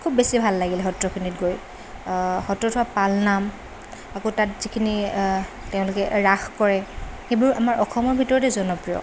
খুব বেছি ভাল লাগিল সত্ৰখিনিত গৈ সত্ৰত হোৱা পাল নাম আকৌ তাত যিখিনি তেওঁলোকে ৰাস কৰে সেইবোৰ আমাৰ অসমৰ ভিতৰতে জনপ্ৰিয়